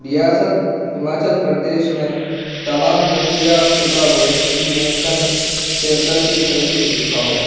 ریاست ہماچل پردیش میں تمام دسیتاب شدہ ویکشینیشن سنٹر کی فہرست دکھاؤ